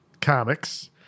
comics